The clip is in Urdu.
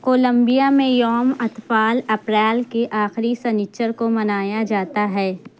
کولمبیا میں یوم اطفال اپریل کے آخری سنیچر کو منایا جاتا ہے